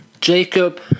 Jacob